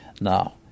Now